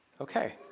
Okay